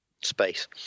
space